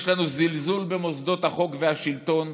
יש לנו זלזול במוסדות החוק והשלטון,